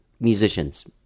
musicians